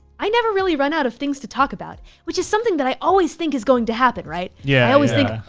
i never really run out of things to talk about which is something that i always think is going to happen. yeah i always think,